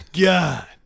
god